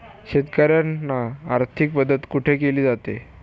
शेतकऱ्यांना आर्थिक मदत कुठे केली जाते?